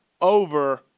over